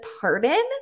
pardon